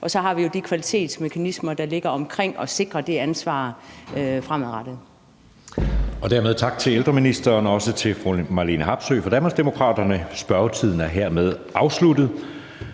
Og så har vi jo de kvalitetsmekanismer, der ligger omkring at sikre det ansvar fremadrettet. Kl. 16:36 Anden næstformand (Jeppe Søe): Dermed tak til ældreministeren og også til fru Marlene Harpsøe fra Danmarksdemokraterne. Spørgetiden er hermed afsluttet.